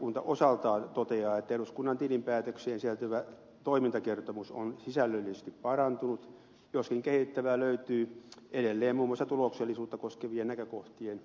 tarkastusvaliokunta osaltaan toteaa että eduskunnan tilinpäätökseen sisältyvä toimintakertomus on sisällöllisesti parantunut joskin kehitettävää löytyy edelleen muun muassa tuloksellisuutta koskevien näkökohtien esittämisessä